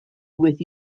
with